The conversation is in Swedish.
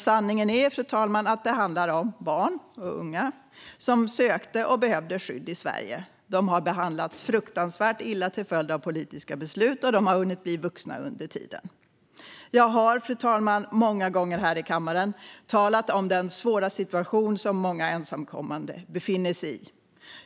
Sanningen är, fru talman, att det handlar om barn och unga som sökte och behövde skydd i Sverige. De har behandlats fruktansvärt illa till följd av politiska beslut, och de har hunnit bli vuxna under tiden. Jag har, fru talman, många gånger här i kammaren talat om den svåra situation som många ensamkommande befinner sig i.